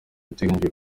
iteganyijwe